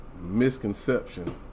misconception